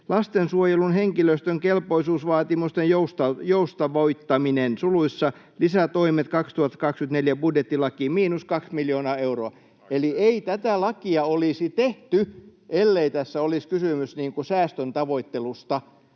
”Lastensuojelun henkilöstön kelpoisuusvaatimusten joustavoittaminen (Lisätoimet 2024 budjettilakiin) miinus kaksi miljoonaa euroa.” Eli ei tätä lakia olisi tehty, ellei tässä olisi kysymys säästön tavoittelusta.